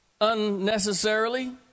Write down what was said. unnecessarily